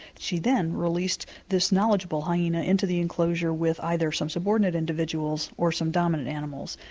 she then released this knowledgeable hyena into the enclosure with either some subordinate individuals or some dominant animals,